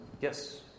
yes